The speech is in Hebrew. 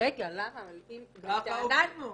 העניין ברור.